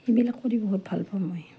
সেইবিলাক কৰি বহুত ভালপাওঁ মই